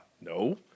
no